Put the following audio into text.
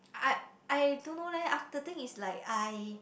I I I don't know leh aft~ the thing is I